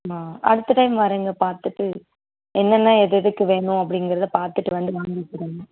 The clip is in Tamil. ஆமாம் அடுத்த டைம் வர்றேங்க பார்த்துட்டு என்னென்ன எது எதுக்கு வேணும் அப்டிங்கறதை பார்த்துட்டு வந்து வாங்கிக்கிறேங்க